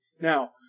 Now